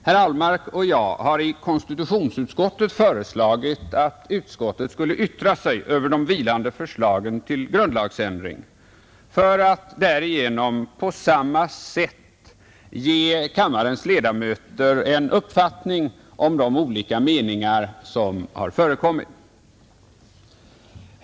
Herr Ahlmark och jag har i konstitutionsutskottet föreslagit att utskottet skulle yttra sig över de vilande förslagen till grundlagsändringar för att därigenom på samma sätt ge kammarens ledamöter en uppfattning om de olika meningar som har förekommit.